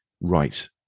right